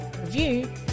review